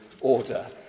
order